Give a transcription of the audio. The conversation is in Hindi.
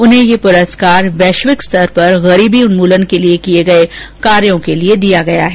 उन्हें यह पुरस्कार वैश्विक स्तर पर गरीबी उन्मूलन के लिए किए गए कार्यों के लिए दिया गया है